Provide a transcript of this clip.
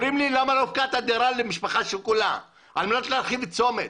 אומרים לי: למה לא הפקעת דירה למשפחה שכולה כדי להרחיב צומת?